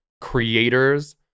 creators